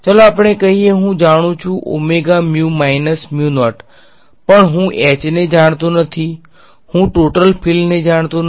ચાલો આપણે કહીયે હુ જાણૂ છુ omega mu minus mu naught પણ હું H ને જાણતો નથી હું ટોટલ ફિલ્ડને જાણતો નથી